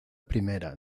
primera